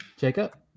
Jacob